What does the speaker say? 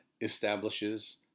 establishes